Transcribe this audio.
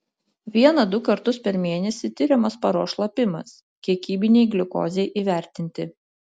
vieną du kartus per mėnesį tiriamas paros šlapimas kiekybinei gliukozei įvertinti